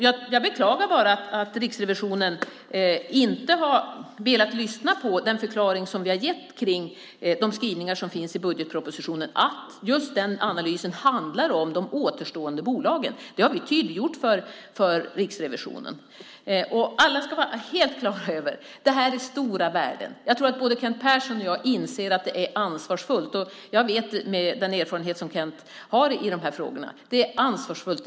Jag beklagar bara att Riksrevisionen inte har velat lyssna på den förklaring som vi har gett kring de skrivningar som finns i budgetpropositionen, att just den analysen handlar om de återstående bolagen. Det har vi tydliggjort för Riksrevisionen. Alla ska vara helt klara över att det här är stora värden. Jag tror att både Kent Persson och jag inser att det är ansvarsfullt. Jag vet, med den erfarenhet som Kent Persson har i de här frågorna, att det är ansvarsfullt.